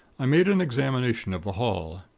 i made an examination of the hall.